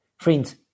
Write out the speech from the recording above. Friends